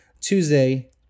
Tuesday